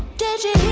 did you